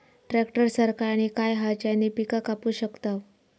Tractor सारखा आणि काय हा ज्याने पीका कापू शकताव?